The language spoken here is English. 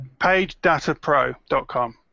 pagedatapro.com